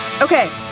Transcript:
Okay